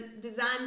design